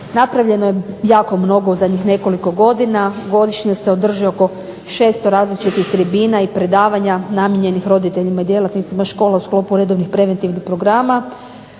napravljeno jako mnogo u zadnjih nekoliko godina. Godišnje se održi oko 600 različitih tribina i predavanja namijenjenih roditeljima i djelatnicima u školama u sklopu redovnih preventivnih programa.